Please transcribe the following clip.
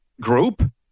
group